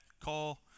call